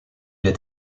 est